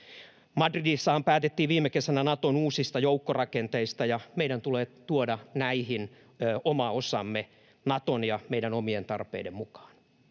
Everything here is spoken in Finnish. Madridissahan päätettiin viime kesänä Naton uusista joukkorakenteista, ja meidän tulee tuoda näihin oma osamme Naton ja meidän omien tarpeiden mukaan.